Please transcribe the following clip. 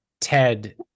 Ted